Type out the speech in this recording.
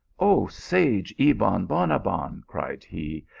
oh sage ebon bonabbon, cried he,